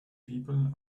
people